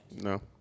No